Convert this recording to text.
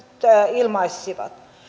ilmaisisivat